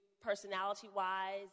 personality-wise